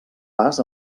pas